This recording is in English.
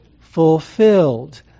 fulfilled